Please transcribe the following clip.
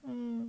um